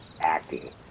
acting